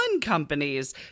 companies